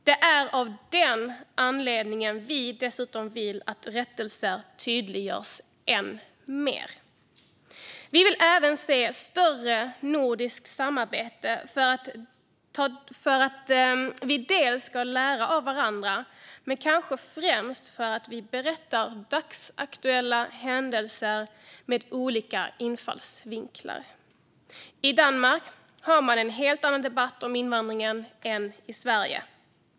Det är av den anledningen vi vill att rättelser tydliggörs ännu mer. Vi vill även se större nordiskt samarbete, för att vi ska lära av varandra men kanske främst för att vi berättar dagsaktuella händelser med olika infallsvinklar. I Danmark har man en helt annan debatt om invandringen än i Sverige.